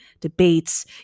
debates